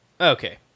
Okay